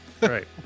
Right